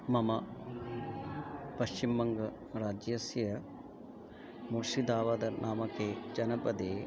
मम पश्चिमबङ्गराज्यस्य मोषिदावदनामके जनपदे